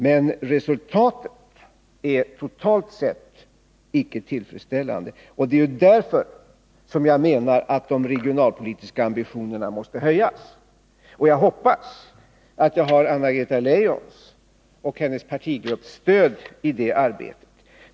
Men resultatet är totalt sett icke tillfredsställande, och det är ju därför som jag menar att de regionalpolitiska ambitionerna måste höjas. Jag hoppas att jag har Anna-Greta Leijons och hennes partigrupps stöd i det arbetet.